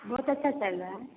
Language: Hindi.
बहुत अच्छा चल रहा है